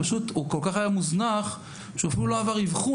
הוא כל כך היה מוזנח שהוא אפילו לא עבר אבחון.